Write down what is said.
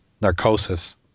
narcosis